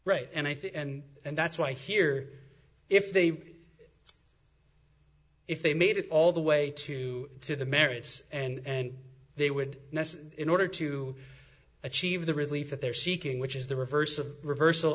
right and i think and and that's why here if they if they made it all the way to to the merits and they would in order to achieve the relief that they're seeking which is the reverse of reversal